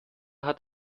hat